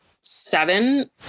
seven